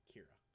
Kira